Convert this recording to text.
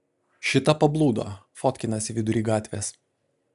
šita pablūdo fotkinasi vidury gatvės